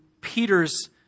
Peter's